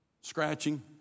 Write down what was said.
scratching